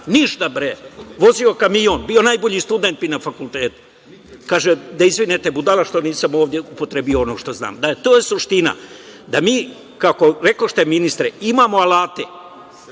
Ništa. Vozio kamion, bio najbolji student na fakultetu. Kaže, da izvinete, budala što nisam ovde upotrebio ono što znam. Da, to je suština. Da mi, kako rekoste ministre imamo alate,